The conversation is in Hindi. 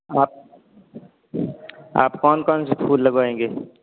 आप आप कौन कौन से फूल लगवाएंगे